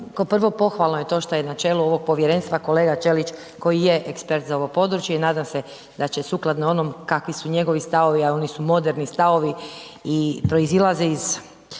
prvo pohvalno je to što je na čelu ovog povjerenstva kolega Ćelić koji je ekspert za ovo područje i nadam se da će sukladno onom kakvi su njegovi stavovi, a oni su moderni stavovi i proizilaze iz